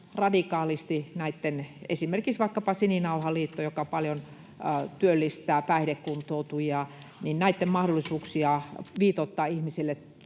radikaalisti heikentämään esimerkiksi vaikkapa Sininauhaliiton, joka paljon työllistää päihdekuntoutujia, mahdollisuuksia viitoittaa ihmisille